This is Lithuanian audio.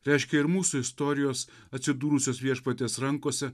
reiškia ir mūsų istorijos atsidūrusios viešpaties rankose